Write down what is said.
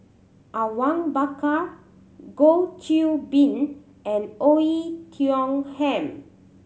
Awang Bakar Goh Qiu Bin and Oei Tiong Ham